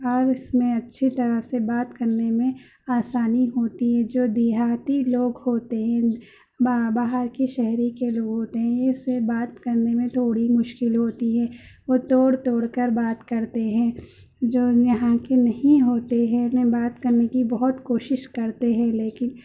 اور اس میں اچّھی طرح سے بات کرنے میں آسانی ہوتی ہے جو دیہاتی لوگ ہوتے ہیں باہر کی شہری کے لوگ ہوتے ہیں اس سے بات کرنے میں تھوڑی مشکل ہوتی ہے وہ توڑ توڑ کر بات کرتے ہیں جو یہاں کے نہیں ہوتے ہیں انہیں بات کرنے کی بہت کوشش کرتے ہیں لیکن